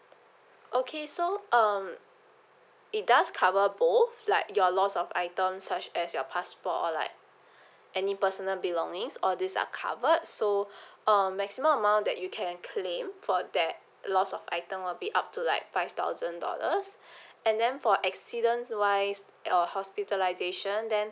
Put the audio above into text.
okay so um it does cover both like your loss of item such as your passport or like any personal belongings all these are covered so um maximum amount that you can claim for that loss of item will be up to like five thousand dollars and then for accidents wise uh hospitalisation then